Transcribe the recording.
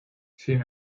sin